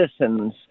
citizens